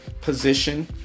position